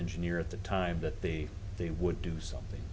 engineer at the time that the they would do something